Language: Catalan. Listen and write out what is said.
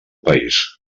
país